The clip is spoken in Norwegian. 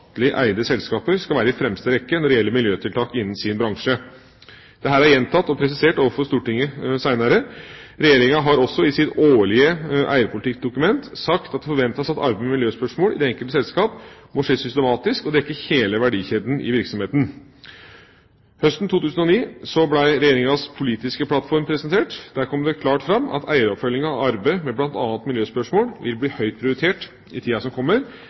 selskaper skal være i fremste rekke når det gjelder miljøtiltak innen sin bransje. Dette er gjentatt og presisert overfor Stortinget senere. Regjeringa har også i sitt årlige eierpolitikkdokument sagt at det forventes at arbeidet med miljøspørsmål i det enkelte selskap må skje systematisk og dekke hele verdikjeden i virksomheten. Høsten 2009 ble Regjeringas politiske plattform presentert. Der kom det klart fram at eieroppfølginga av arbeidet, med bl.a. miljøspørsmål, vil bli høyt prioritert i tida som kommer.